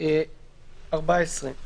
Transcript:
פה היא במי שכבר עשה משרד,